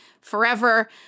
forever